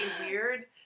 weird